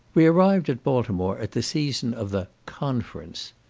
we arrived at baltimore at the season of the conference.